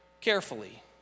carefully